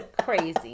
crazy